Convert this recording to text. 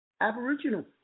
Aboriginal